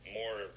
more